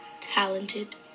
talented